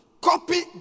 copy